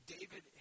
David